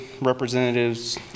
representatives